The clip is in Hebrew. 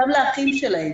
גם לאחים שלהם